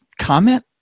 comment